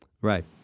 right